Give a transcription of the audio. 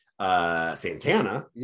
Santana